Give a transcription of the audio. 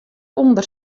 ûnder